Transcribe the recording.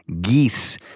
geese